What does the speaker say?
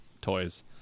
toys